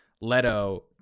Leto